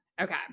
Okay